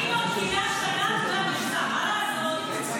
אני ממתינה שנה למכסה, מה לעשות?